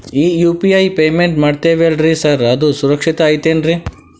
ಈ UPI payment ಮಾಡ್ತೇವಿ ಅಲ್ರಿ ಸಾರ್ ಅದು ಸುರಕ್ಷಿತ್ ಐತ್ ಏನ್ರಿ?